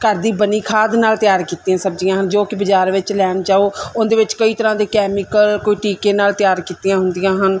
ਘਰ ਦੀ ਬਣੀ ਖਾਦ ਨਾਲ ਤਿਆਰ ਕੀਤੀਆਂ ਸਬਜ਼ੀਆਂ ਹਨ ਜੋ ਕਿ ਬਜ਼ਾਰ ਵਿੱਚ ਲੈਣ ਜਾਓ ਉਨ੍ਹਾਂ ਦੇ ਵਿੱਚ ਕਈ ਤਰ੍ਹਾਂ ਦੇ ਕੈਮੀਕਲ ਕੋਈ ਟੀਕੇ ਨਾਲ ਤਿਆਰ ਕੀਤੀਆਂ ਹੁੰਦੀਆਂ ਹਨ